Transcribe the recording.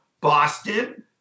Boston